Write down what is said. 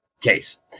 case